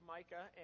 Micah